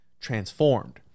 transformed